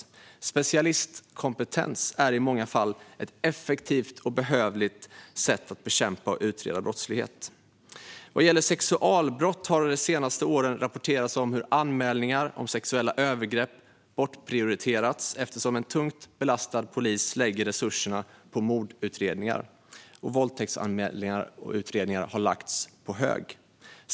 Att ha specialistkompetens är i många fall ett effektivt och behövligt sätt att bekämpa och utreda brottslighet. Vad gäller sexualbrott har det under de senaste åren rapporterats om hur anmälningar om sexuella övergrepp bortprioriterats eftersom en tungt belastad polis lägger resurserna på mordutredningar. Våldtäktsanmälningar och utredningar har lagts på hög.